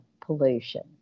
pollution